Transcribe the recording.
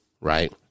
right